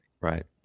Right